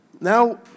Now